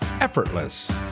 effortless